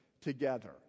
together